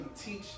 teach